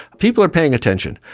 people are paying attention,